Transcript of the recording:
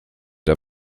der